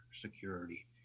security